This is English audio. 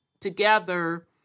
together